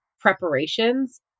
preparations